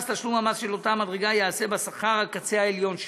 תשלום המס של אותה מדרגה ייעשה בשכר הקצה העליון שלה.